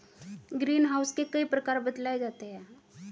green house के कई प्रकार बतलाए जाते हैं